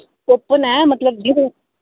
कित्त नै मतलब